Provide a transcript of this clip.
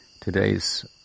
today's